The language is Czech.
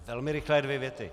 Velmi rychlé dvě věty.